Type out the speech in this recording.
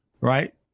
Right